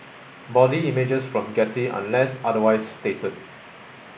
body images from Getty unless otherwise stated